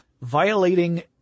violating